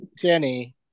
Jenny